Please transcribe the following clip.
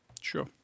Sure